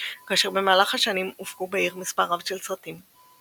כאשר במהלך השנים הופקו בעיר מספר רב של סרטים.